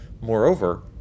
Moreover